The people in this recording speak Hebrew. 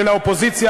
של האופוזיציה,